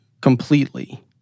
completely